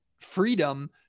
freedom